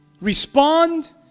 Respond